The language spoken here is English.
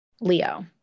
Leo